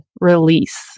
release